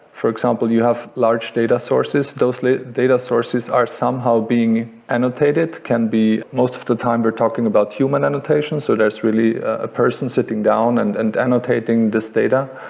for example, you have large data sources. those like data sources are somehow being annotated, can be most of the time we're talking about human annotations, so there's really a person sitting down and and annotating this data.